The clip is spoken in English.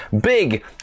big